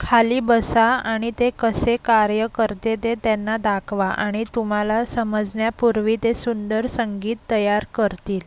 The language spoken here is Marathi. खाली बसा आणि ते कसे कार्य करते ते त्यांना दाखवा आणि तुम्हाला समजण्यापूर्वी ते सुंदर संगीत तयार करतील